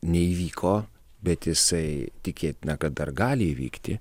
neįvyko bet jisai tikėtina kad dar gali įvykti